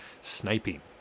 sniping